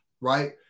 right